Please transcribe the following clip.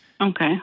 Okay